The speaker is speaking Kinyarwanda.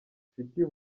dufitiye